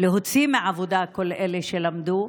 להוציא מהעבודה את כל אלה שלמדו?